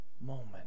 moment